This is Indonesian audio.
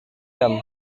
jam